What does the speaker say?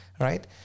right